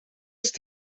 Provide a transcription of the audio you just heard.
ist